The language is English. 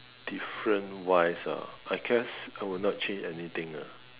different wise ah I guess I would not change anything ah